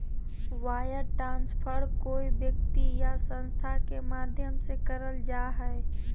wire transfer कोय व्यक्ति या संस्था के माध्यम से करल जा हय